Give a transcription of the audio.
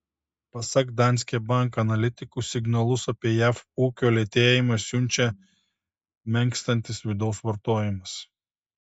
pasak danske bank analitikų signalus apie jav ūkio lėtėjimą siunčia menkstantis vidaus vartojimas